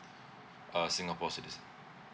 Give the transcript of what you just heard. uh singapore citizen